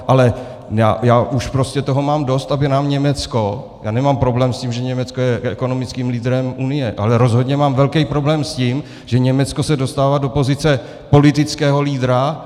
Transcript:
Ale už prostě toho mám dost, aby nám Německo já nemám problém s tím, že Německo je ekonomickým lídrem Unie, ale rozhodně mám velký problém s tím, že Německo se dostává do pozice politického lídra.